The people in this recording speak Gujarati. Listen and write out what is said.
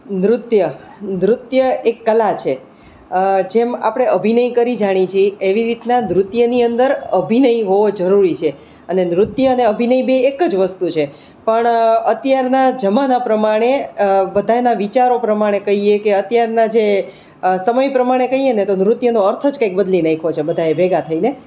નૃત્ય નૃત્ય એક કલા છે જેમ આપણે અભિનય કરી જાણીએ છીએ એવી રીતના નૃત્યની અંદર અભિનય હોવો જરૂરી છે અને નૃત્ય અને અભિનય બે એક જ વસ્તુ છે પણ અત્યારના જમાના પ્રમાણે બધાના વિચારો પ્રમાણે કહીએ કે અત્યારના જે સમય પ્રમાણે કહીએ ને તો નૃત્યનો અર્થ જ કંઈક બદલી નાખ્યો છે બધાએ ભેગા થઈને